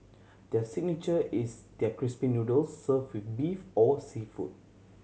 their signature is their crispy noodles served with beef or seafood